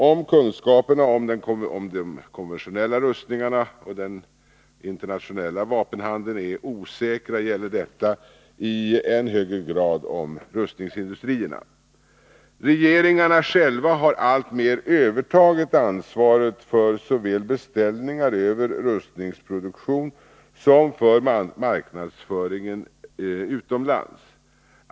Om kunskaperna om de konventionella rustningarna och den internationella vapenhandeln är osäkra, gäller detta i än högre grad om rustningsindustrierna. Regeringarna själva har alltmer övertagit ansvaret såväl för beställningar av rustningsproduktion som för marknadsföring utomlands.